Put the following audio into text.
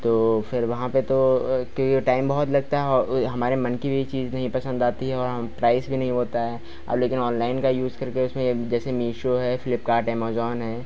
तो फिर वहाँ पर तो क्योंकि टाइम बहुत लगता है और हमारे मन की भी चीज़ नहीं पसंद आती है और हम प्राइस भी नहीं वह होता है और लेकिन ओनलाइन यूज करके उसमें यह जैसे मीशो है फ्लिप्कार्ट एमाजान है